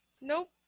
nope